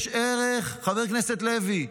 יש ערך, חבר הכנסת לוי,